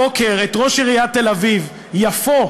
הבוקר את ראש עיריית תל-אביב יפו,